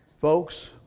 Folks